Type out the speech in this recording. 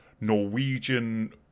Norwegian